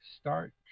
start